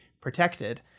protected